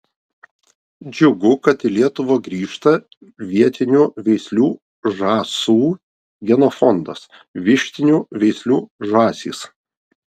džiugu kad į lietuvą grįžta vietinių veislių žąsų genofondas vištinių veislių žąsys